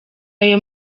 ayo